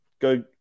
Go